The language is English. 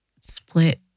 split